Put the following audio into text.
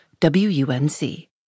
WUNC